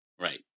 Right